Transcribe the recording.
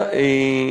עבירה?